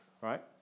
right